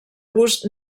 gust